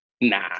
Nah